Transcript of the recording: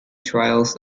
trials